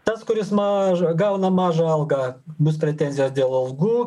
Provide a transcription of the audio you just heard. tas kuris mažą gauna mažą algą bus pretenzijos dėl algų